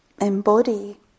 embody